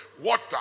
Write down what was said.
water